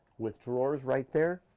with drawers right there.